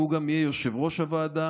והוא גם יהיה יושב-ראש הוועדה,